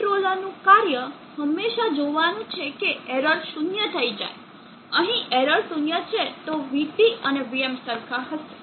આ કન્ટ્રોલરનું કાર્ય હંમેશાં જોવાનું છે કે એરર શૂન્ય થઈ જાય છે અહીં એરર શૂન્ય છે તો vT અને vm સરખા હશે